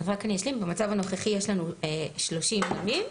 אני רק אשלים שבמצב הנוכחי יש לנו 30 ימים,